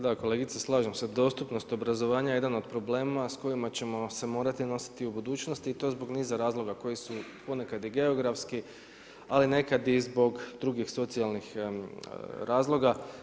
Da kolegice slažem se dostupnost obrazovanja je jedan od problema s kojima ćemo se morati nositi u budućnosti i to zbog niza razloga koji su ponekad i geografski, ali nekad i zbog drugih socijalnih razloga.